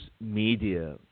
media